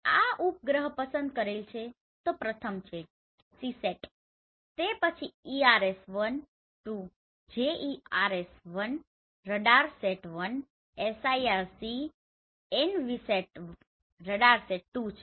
આ ઉપગ્રહ પસંદ કરેલ છે તો પ્રથમ છે સીસેટ તે પછી ERS 1 2 JERS -I RADARSAT 1 SIR C Envisat Radarsat II છે